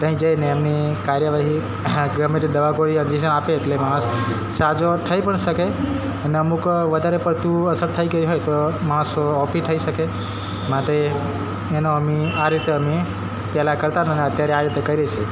ત્યાં જઈને એમની કાર્યવાહી ગમે તે દવા ગોળી ઇન્જેક્શન આપે આપે એટલે માણસ સાજો થઇ પણ શકે અને અમુક વધારે પડતી અસર થઇ ગઇ હોય તો માણસો ઓફ બી થઇ શકે માટે એનો અમે આ રીતે અમે પેલા કરતાંતાને અત્યારે આવી રીતે કરીએ છીએ